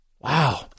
Wow